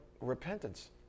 repentance